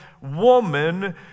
woman